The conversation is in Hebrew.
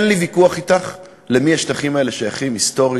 אין לי ויכוח אתך למי השטחים האלה שייכים היסטורית,